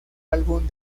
álbum